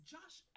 Josh